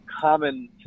common